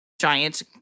giant